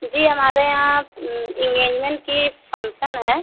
जी हमारे यहाँ इंगेजमेंट का फंक्शन है